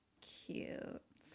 cute